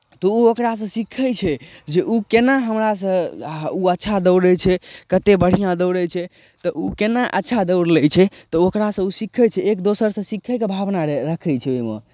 तऽ ओ ओकरासँ सीखै छै जे ओ केना हमरासँ ओ अच्छा दौड़ै छै कतेक बढ़िआँ दौड़ै छै तऽ ओ केना अच्छा दौड़ि लैत छै तऽ ओकरासँ ओ सीखै छै एक दोसरसँ सीखयके भावना रह रखै छै ओहिमे